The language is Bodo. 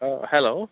अ हेल'